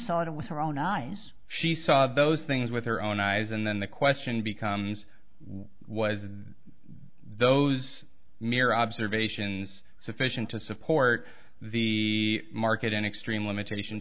it with her own eyes she saw those things with her own eyes and then the question becomes was did those mere observations sufficient to support the market an extreme limitation